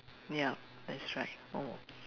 ya that's right mm